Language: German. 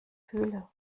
fühle